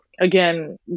again